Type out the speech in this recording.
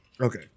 Okay